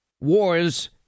wars